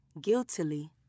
guiltily